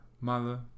Mother